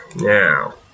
now